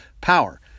power